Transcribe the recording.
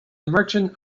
merchant